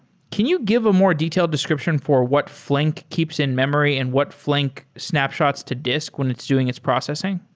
can you give a more detailed description for what flink keeps in-memory and what flink snapshots to disk when it's doing its processing?